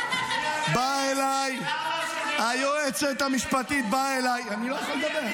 --- אבל היועצת המשפטית באה אליי ------ אני לא יכול לדבר.